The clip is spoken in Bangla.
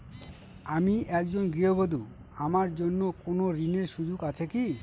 আমি একজন গৃহবধূ আমার জন্য কোন ঋণের সুযোগ আছে কি?